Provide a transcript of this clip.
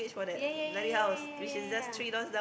ya ya ya ya ya ya